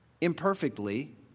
imperfectly